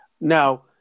Now